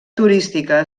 turística